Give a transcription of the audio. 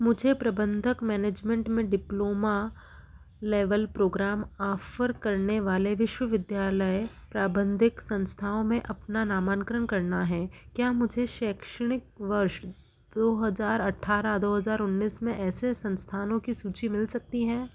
मुझे प्रबंधक मैनेजमेंट में डिप्लोमा लेवल प्रोग्राम आफ़र करने वाले विश्वविद्यालय प्राबन्धिक संस्थाओं में अपना नामांकरन करना है क्या मुझे शैक्षणिक वर्ष दो हज़ार अट्ठारह दो हज़ार उन्नीस में ऐसे संस्थानों की सूचि मिल सकती हैं